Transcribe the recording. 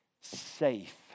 safe